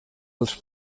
els